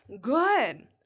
Good